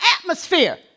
atmosphere